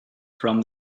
from